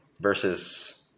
Versus